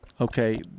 Okay